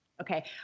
okay